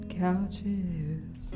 couches